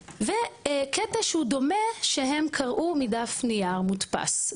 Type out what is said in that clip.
וקטע שהוא דומה שהם קראו מדף נייר מודפס.